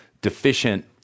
deficient